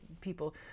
people